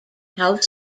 house